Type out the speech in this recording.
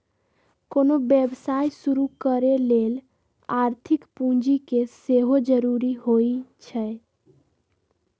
कोनो व्यवसाय शुरू करे लेल आर्थिक पूजी के सेहो जरूरी होइ छै